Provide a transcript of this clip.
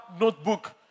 notebook